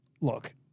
Look